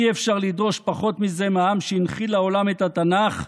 אי-אפשר לדרוש פחות מזה מהעם שהנחיל לעולם את התנ"ך,